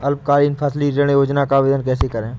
अल्पकालीन फसली ऋण योजना का आवेदन कैसे करें?